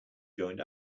joined